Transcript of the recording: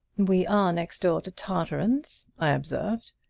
we are next door to tarteran's, i observed.